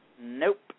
Nope